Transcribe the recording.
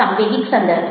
સાંવેગિક સંદર્ભ